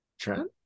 Trent